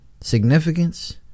significance